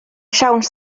siawns